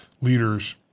leaders